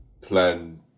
plan